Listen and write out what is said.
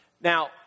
Now